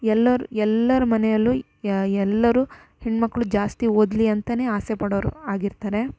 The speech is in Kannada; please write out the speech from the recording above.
ಎಲ್ಲರ ಎಲ್ಲರ ಮನೆಯಲ್ಲೂ ಎಲ್ಲರೂ ಹೆಣ್ಣುಮಕ್ಳು ಜಾಸ್ತಿ ಓದಲಿ ಅಂತ ಆಸೆ ಪಡೋರು ಆಗಿರ್ತಾರೆ